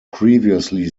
previously